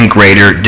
greater